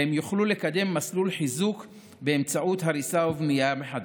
והן יוכלו לקדם מסלול חיזוק באמצעות הריסה ובנייה מחדש.